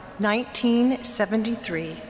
1973